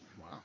Wow